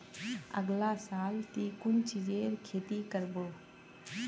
अगला साल ती कुन चीजेर खेती कर्बो